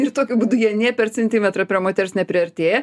ir tokiu būdu jie nė per centimetrą prie moters nepriartėja